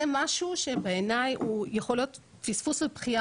זה משהו שבעיניי הוא יכול להיות פספוס ובכייה